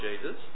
Jesus